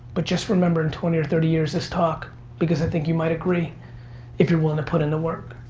but just remember in twenty or thirty years this talk because i think you might agree if you're willing to put in the work.